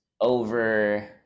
over